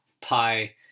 pie